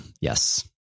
Yes